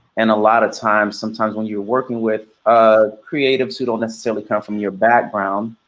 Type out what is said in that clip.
and a lot of times, sometimes when you're working with ah creatives who don't necessarily come from your background,